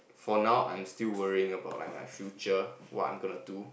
for now I'm still worrying about like my future what I'm gonna do